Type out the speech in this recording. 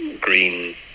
green